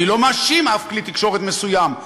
אני לא מאשים כלי תקשורת מסוים,